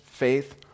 faith